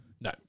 No